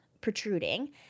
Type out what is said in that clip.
protruding